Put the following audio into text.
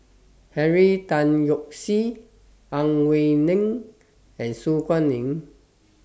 Henry Tan Yoke See Ang Wei Neng and Su Guaning